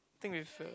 think we've uh